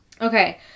Okay